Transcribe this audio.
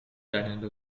deinende